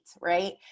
right